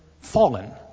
fallen